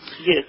Yes